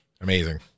Amazing